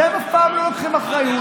אתם אף פעם לא לוקחים אחריות.